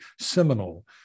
seminal